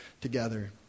together